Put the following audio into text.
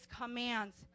commands